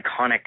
iconic